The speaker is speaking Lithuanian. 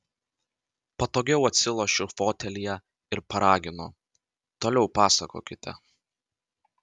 patogiau atsilošiu fotelyje ir paraginu toliau pasakokite